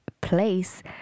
place